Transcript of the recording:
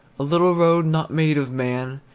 a little road not made of man,